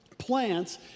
plants